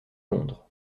londres